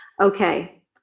okay